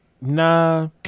nah